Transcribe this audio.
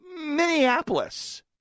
Minneapolis